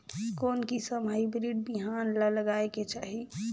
कोन किसम हाईब्रिड बिहान ला लगायेक चाही?